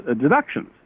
deductions